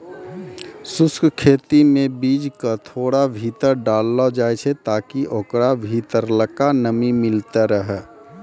शुष्क खेती मे बीज क थोड़ा भीतर डाललो जाय छै ताकि ओकरा भीतरलका नमी मिलतै रहे